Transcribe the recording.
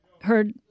heard